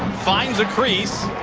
finds a crease.